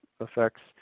effects